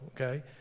okay